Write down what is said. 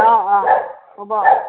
অঁ অঁ হ'ব